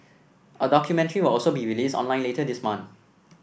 a documentary will also be release online later this month